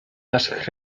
naszych